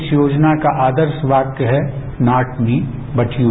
इस योजना का आदर्श वाक्य है नॉट मी बट यू